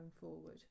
forward